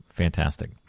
Fantastic